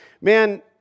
Man